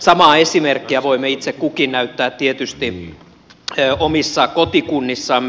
samaa esimerkkiä voimme itse kukin näyttää tietysti omissa kotikunnissamme